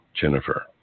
Jennifer